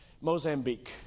Mozambique